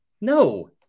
No